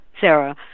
Sarah